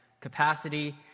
capacity